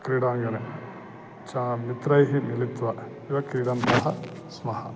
क्रीडाङ्गणे च मित्रैः मिलित्वा ये क्रीडन्तः स्मः